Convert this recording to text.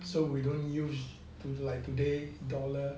we don't use to like today dollar